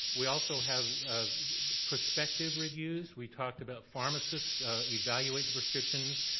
we also have prospective reviews. we talked about pharmacists evaluate the prescriptions,